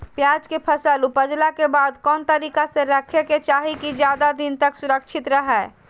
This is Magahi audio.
प्याज के फसल ऊपजला के बाद कौन तरीका से रखे के चाही की ज्यादा दिन तक सुरक्षित रहय?